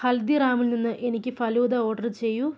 ഹൽദിറാമിൽ നിന്ന് എനിക്ക് ഫലൂദ ഓർഡർ ചെയ്യൂ